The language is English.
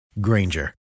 Granger